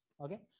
okay